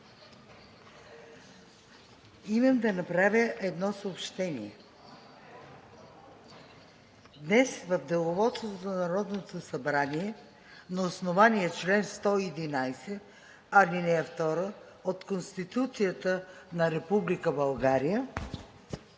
имам да направя едно съобщение. Днес в Деловодството на Народното събрание на основание чл. 111, ал. 2 от Конституцията на Република България